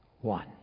one